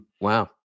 Wow